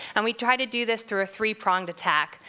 and we try to do this through a three-pronged attack.